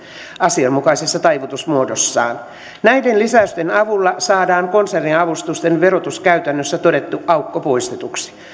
asianmukaisessa taivutusmuodossaan näiden lisäysten avulla saadaan konserniavustusten verotuskäytännössä todettu aukko poistetuksi